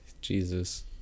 Jesus